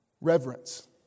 Reverence